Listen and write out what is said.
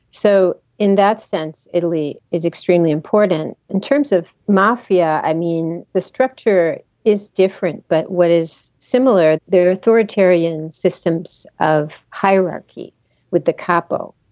so in that sense, italy is extremely important in terms of mafia. i mean, the structure is different, but what is similar? there are authoritarian systems of hierarchy with the capital.